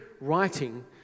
writing